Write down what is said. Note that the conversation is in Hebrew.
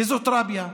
פיזיותרפיה,